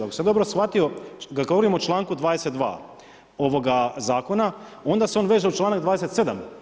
Ako sam dobro shvatio, kad govorimo o članku 22. ovoga zakona, onda se on veže uz članak 27.